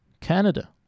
Canada